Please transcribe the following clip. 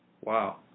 Wow